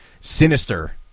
sinister